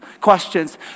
questions